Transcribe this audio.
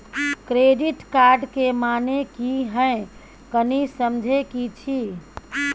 Credit card के माने की हैं, कनी समझे कि छि?